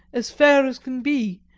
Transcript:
as fair as can be,